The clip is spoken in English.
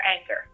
anger